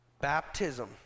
Baptism